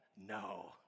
No